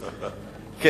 כן.